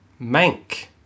Mank